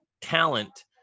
talent